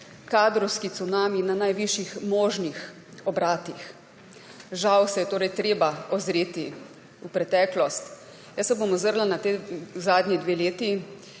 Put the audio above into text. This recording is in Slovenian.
kadrovski cunami na najvišjih možnih obratih. Žal se je torej treba ozreti v preteklost. Jaz se bom ozrla na zadnji dve leti.